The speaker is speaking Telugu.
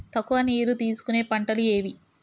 తక్కువ నీరు తీసుకునే పంటలు ఏవి?